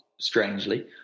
strangely